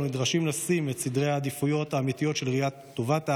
אנו נדרשים לסדרי העדיפויות האמיתיים של ראיית טובת העם,